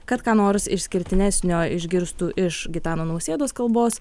kad ką nors išskirtinesnio išgirstų iš gitano nausėdos kalbos